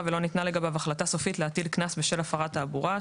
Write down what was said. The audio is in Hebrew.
ולא ניתנה לגביו החלטה סופית להטיל קנס בשל הפרת תעבורה,